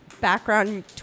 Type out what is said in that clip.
background